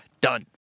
done